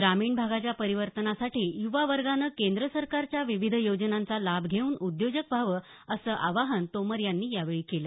ग्रामीण भागाच्या परिवर्तनासाठी युवावर्गानं केंद्रसरकारच्या विविध योजनांचा लाभ घेऊन उद्योजक व्हावं असं आवाहन तोमर यांनी यावेळी केलं